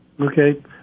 Okay